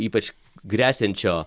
ypač gresiančio